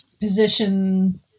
position